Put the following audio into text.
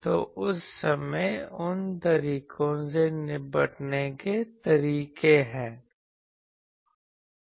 तो उस समय उन तरीकों से निपटने के तरीके हैं